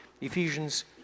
Ephesians